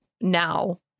now